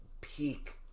peak